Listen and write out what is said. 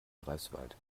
greifswald